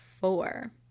four